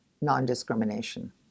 non-discrimination